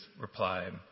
replied